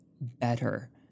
better